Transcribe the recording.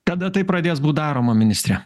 kada tai pradės būt daroma ministre